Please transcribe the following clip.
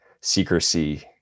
secrecy